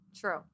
True